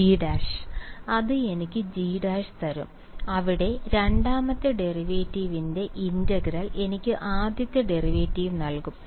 G' അത് എനിക്ക് G' തരും അവിടെ രണ്ടാമത്തെ ഡെറിവേറ്റീവിന്റെ ഇന്റഗ്രൽ എനിക്ക് ആദ്യത്തെ ഡെറിവേറ്റീവ് നൽകും